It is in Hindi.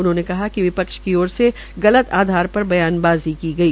उन्होंने कहा कि विपक्ष की ओर से गलत आधार पर बयानबाज़ी की गई